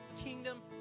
kingdom